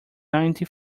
ninety